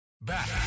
Back